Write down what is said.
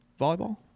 volleyball